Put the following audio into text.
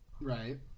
Right